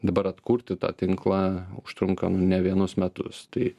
dabar atkurti tą tinklą užtrunka ne vienus metus tai